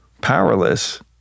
powerless